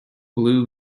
blue